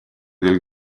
del